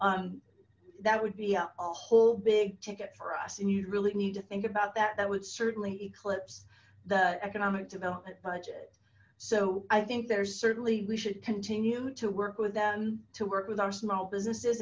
on that would be a whole big ticket for us and you'd really need to think about that that would certainly eclipse the economic development budget so i think there's certainly we should continue to work with them to work with our small businesses